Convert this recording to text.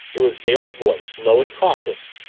it was dale's voice, low and cautious,